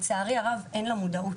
לצערי הרב.